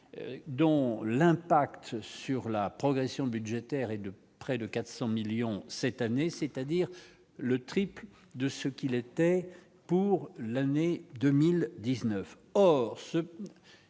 dont l'impact sur la progression budgétaire et de près de 400 millions cette année, c'est-à-dire le triple de ce qu'il était pour l'année 2019,